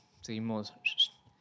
seguimos